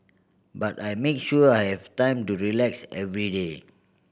but I make sure I have time to relax every day